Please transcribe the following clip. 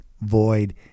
void